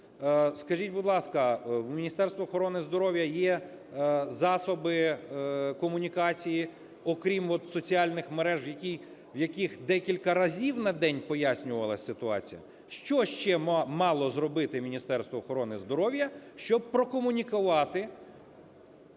Скажіть, будь ласка, у Міністерства охорони здоров'я є засоби комунікації, окрім от соціальних мереж, в яких декілька разів на день пояснювалась ситуація? Що ще мало зробити Міністерство охорони здоров'я, щоб прокомунікувати?